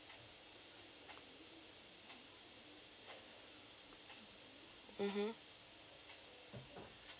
mmhmm